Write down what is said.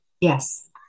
Yes